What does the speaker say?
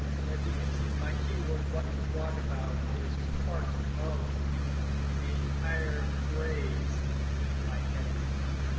and as you can see my keyword what to blog about is part of the entire phrase within my heading one.